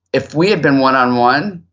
if we had been one on one,